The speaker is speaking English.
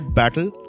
battle